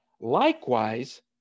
Likewise